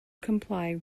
comply